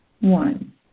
One